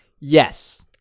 Yes